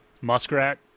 Muskrat